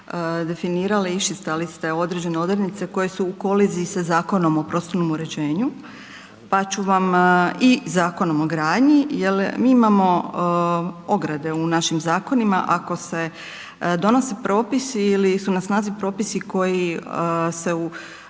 iščitali ste određene odrednice koje su u koliziji sa Zakonom o prostornom uređenju. Pa ću vam i Zakonom o gradnji, jer mi imamo ograde u našim zakonima ako se donose propisi ili su na snazi propisi koji se i